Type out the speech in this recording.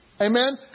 Amen